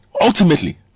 ultimately